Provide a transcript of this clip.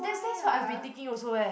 that's that's what I been thinking also leh